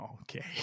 Okay